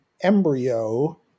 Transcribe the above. embryo